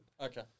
Okay